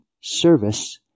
service